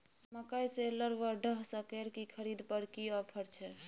मकई शेलर व डहसकेर की खरीद पर की ऑफर छै?